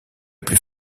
plus